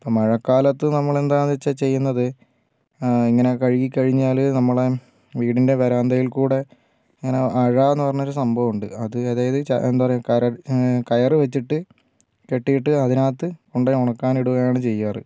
അപ്പോൾ മഴക്കാലത്ത് നമ്മൾ എന്താണെന്നു വച്ചാൽ ചെയ്യുന്നത് ഇങ്ങനെ കഴുകി കഴിഞ്ഞാൽ നമ്മളെ വീടിൻ്റെ വരാന്തയിൽക്കൂടി ഇങ്ങനെ അഴയെന്നു പറഞ്ഞൊരു സംഭവമുണ്ട് അത് അതായത് എന്താ പറയുക കയർ വച്ചിട്ട് കെട്ടിയിട്ട് അതിനകത്തുകൊണ്ട് പോയി ഉണക്കാൻ ഇടുകയാണ് ചെയ്യാറ്